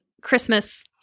Christmas